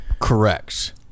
Correct